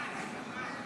חברי הכנסת.